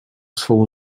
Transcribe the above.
swą